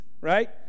right